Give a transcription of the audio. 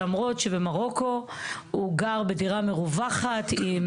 למרות שבמרוקו הוא גר בדירה מרווחת עם